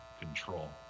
control